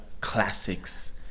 classics